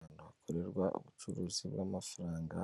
Ahantu bakorerwa ubucuruzi bw'amafaranga,